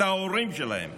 את ההורים שלהם.